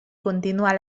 continuar